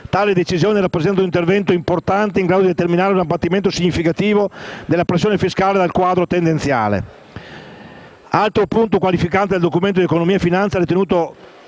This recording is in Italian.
Tale decisione rappresenta un intervento importante in grado di determinare un abbattimento significativo della pressione fiscale contemplata dal quadro tendenziale. Altro punto qualificante del Documento di economia e finanza 2016, ritenuto